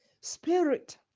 spirit